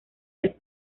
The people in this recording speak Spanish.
del